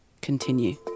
continue